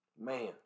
Man